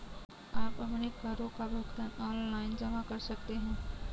आप अपने करों का भुगतान ऑनलाइन जमा कर सकते हैं